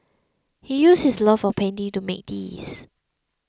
he used his love of painting to make these